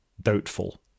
doubtful